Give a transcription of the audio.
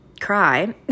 cry